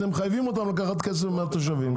אתם מחייבים אותם לקחת כסף מהתושבים.